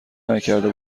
نکرده